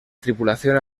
tripulación